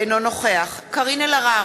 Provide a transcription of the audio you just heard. אינו נוכח קארין אלהרר,